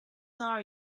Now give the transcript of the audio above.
are